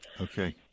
okay